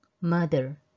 mother